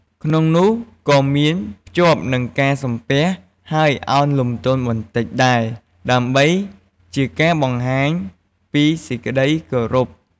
ក្នុងនោះក៏មានភ្ជាប់នឹងការសំពះហើយឱនលំទោនបន្តិចដែរ ដើម្បីជាការបង្ហាញពីសេចក្តីគោរព។